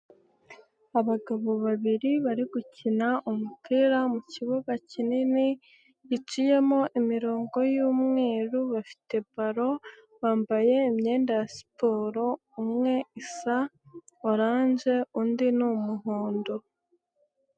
Abagabo babiri bari gukina umupira mu kibuga kinini, giciyemo imirongo y'umweru, bafite balo, bambaye imyenda ya siporo, umwe isa oranje, undi ni umuhondo.